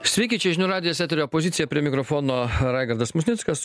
sveiki čia žinių radijas eterio pozicija prie mikrofono raigardas musnickas